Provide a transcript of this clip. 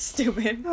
Stupid